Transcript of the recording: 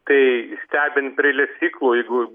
tai stebint prie lesyklų jeigu